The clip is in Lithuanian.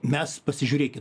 mes pasižiūrėkit